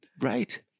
right